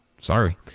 sorry